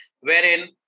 wherein